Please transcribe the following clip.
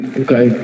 okay